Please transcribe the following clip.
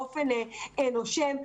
באופן נושם.